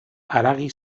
haragi